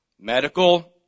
medical